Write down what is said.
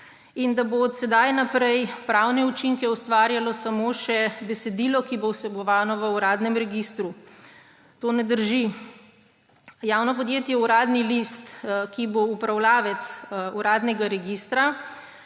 in da bo od sedaj naprej pravne učinke ustvarjalo samo še besedilo, ki bo vsebovano v uradnem registru. To ne drži. Javno podjetje Uradni list, ki bo upravljavec uradnega registra,